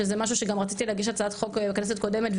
שזה משהו שגם רציתי להגיש הצעת חוק בכנסת הקודמת,